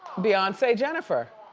beyonce, jennifer.